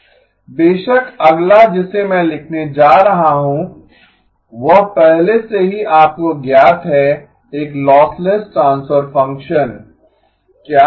बेशक अगला जिसे मैं लिखने जा रहा हूं वह पहले से ही आपको ज्ञात है एक लॉसलेस ट्रांसफर फंक्शन क्या है